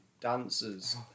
dancers